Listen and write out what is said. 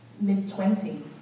mid-twenties